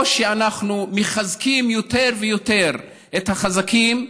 או שאנחנו מחזקים יותר ויותר את החזקים,